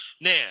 Now